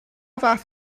fath